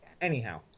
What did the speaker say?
Anyhow